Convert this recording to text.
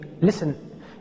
listen